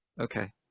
Okay